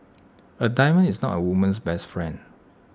A diamond is not A woman's best friend